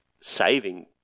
saving